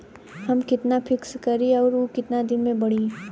हम कितना फिक्स करी और ऊ कितना दिन में बड़ी?